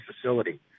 facility